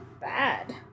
bad